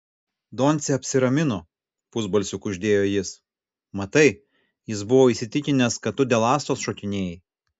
doncė apsiramino pusbalsiu kuždėjo jis matai jis buvo įsitikinęs kad tu dėl astos šokinėjai